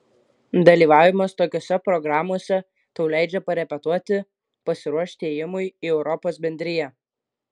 dalyvavimas tokiose programose tau leidžia parepetuoti pasiruošti ėjimui į europos bendriją